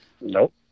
Nope